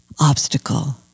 obstacle